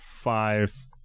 five